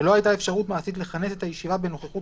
ולא היתה אפשרות מעשית לכנס את הישיבה בנוכחות